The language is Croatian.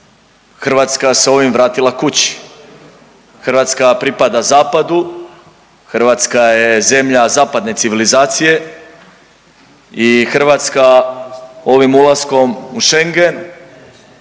Hrvatska se ovim vratila kući. Hrvatska pripada zapadu. Hrvatska je zemlja zapadne civilizacije i Hrvatska ovim ulaskom u Schengen